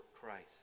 Christ